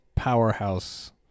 powerhouse